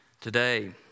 today